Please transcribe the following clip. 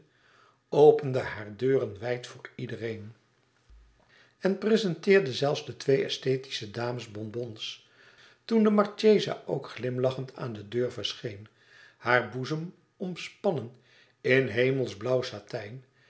opende hare deuren wijd voor iedereen en prezenteerde zelfs de twee esthetische dames bonbons toen de marchesa ook glimlachend aan de deur verscheen haar boezem omspannen in hemels blauw satijn